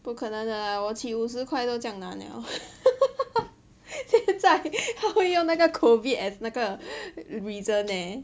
不可能的 lah 我起五十块都这样难了 现在他会用那个 COVID as 那个 reason eh